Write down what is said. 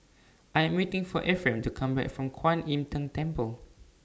I Am waiting For Efrem to Come Back from Kuan Im Tng Temple